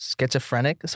schizophrenic